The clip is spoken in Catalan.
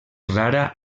rara